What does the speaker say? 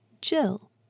Jill